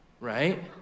right